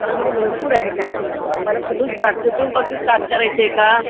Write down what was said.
कोकणामध्ये भरपूर आहे काही बघण्यासारखं तुम्हाला कुठून स्टार्ट चिपळूणपासून स्टार्ट करायचं आहे का